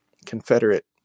Confederate